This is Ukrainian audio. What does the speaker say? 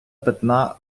питна